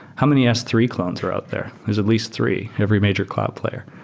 how many s three clones are out there? there's at least three, every major cloud player.